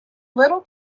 little